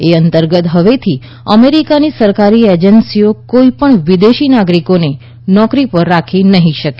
એ અંતર્ગત હવેથી અમેરિકાની સરકારી એજન્સીઓ કોઇપણ વિદેશી નાગરિકોને નોકરી પર રાખી નહિં શકે